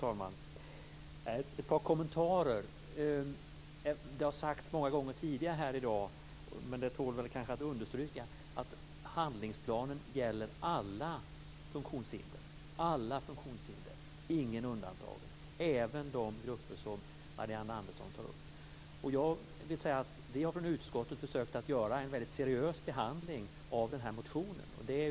Fru talman! Det har tidigare sagts många gånger här i dag - och det tål att understrykas - att handlingsplanen gäller alla funktionshindrade, ingen undantagen, och även de grupper som Marianne Andersson tar upp. Utskottet har försökt att behandla den här motionen väldigt seriöst.